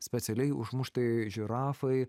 specialiai užmuštai žirafai